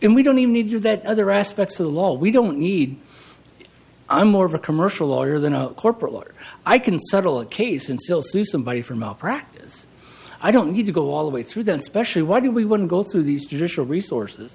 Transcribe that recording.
and we don't even need to that other aspects of the law we don't need i'm more of a commercial lawyer than a corporate lawyer i can settle a case and still sue somebody for malpractise i don't need to go all the way through then specially why do we want to go through these judicial resources